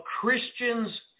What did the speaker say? Christians